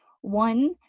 One